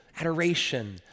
adoration